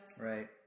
Right